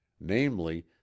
namely